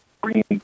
green